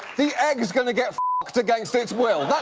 the egg's going to get against its will. that,